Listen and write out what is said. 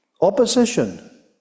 Opposition